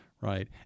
right